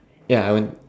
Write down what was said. ya I went